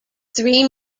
three